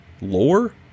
lore